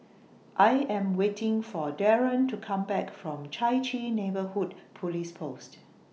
I Am waiting For Darren to Come Back from Chai Chee Neighbourhood Police Post